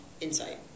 insight